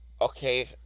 Okay